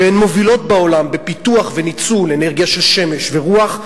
שהן מובילות בעולם בפיתוח וניצול אנרגיה של שמש ורוח,